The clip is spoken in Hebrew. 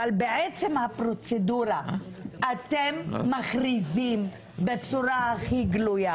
אבל בעצם הפרוצדורה אתם מכריזים בצורה הכי גלויה